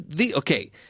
okay